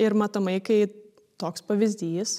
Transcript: ir matomai kai toks pavyzdys